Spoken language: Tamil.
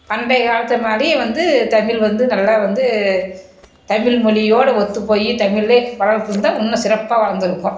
பண்டைய காலத்து மாதிரி வந்து தமிழ் வந்து நல்லா வந்து தமிழ் மொழியோட ஒத்துப் போய் தமிழே வளர்த்திருந்தா இன்னும் சிறப்பாக வளர்ந்துருக்கும்